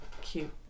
cute